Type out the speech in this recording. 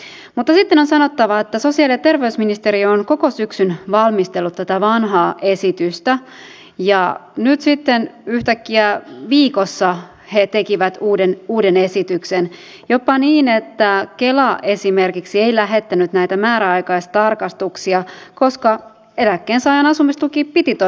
mutta sitten on sanottava että sosiaali ja terveysministeriö on koko syksyn valmistellut tätä vanhaa esitystä ja nyt sitten yhtäkkiä viikossa he tekivät uuden esityksen jopa niin että kela esimerkiksi ei lähettänyt näitä määräaikaistarkastuksia koska eläkkeensaajan asumistuki piti todellakin lakkauttaa